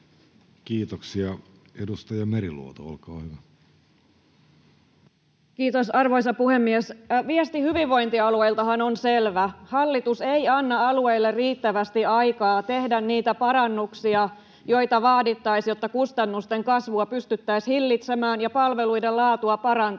turvaamisesta Time: 16:17 Content: Kiitos, arvoisa puhemies! Viesti hyvinvointialueiltahan on selvä: hallitus ei anna alueille riittävästi aikaa tehdä niitä parannuksia, joita vaadittaisiin, jotta kustannusten kasvua pystyttäisiin hillitsemään ja palveluiden laatua parantamaan.